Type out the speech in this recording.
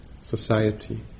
society